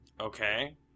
Okay